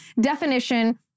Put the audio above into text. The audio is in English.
definition